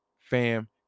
Fam